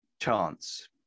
chance